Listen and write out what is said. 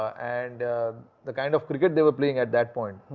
and the kind of cricket they were playing at that point.